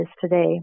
today